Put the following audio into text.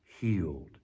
healed